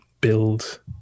build